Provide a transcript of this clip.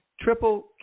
Triple